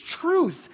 truth